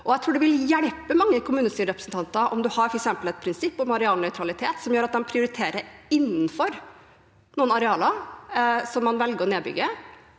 Jeg tror det vil hjelpe mange kommunestyrerepresen tanter om man f.eks. har et prinsipp om arealnøytralitet som gjør at de prioriterer innenfor noen arealer som man velger å nedbygge,